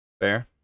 Fair